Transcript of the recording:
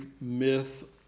myth